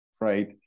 Right